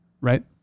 right